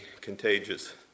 contagious